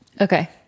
Okay